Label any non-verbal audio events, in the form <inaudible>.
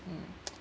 mm <noise>